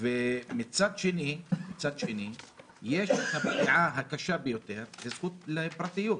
מצד שני יש פגיעה קשה ביותר בזכות לפרטיות.